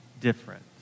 different